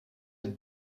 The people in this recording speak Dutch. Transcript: het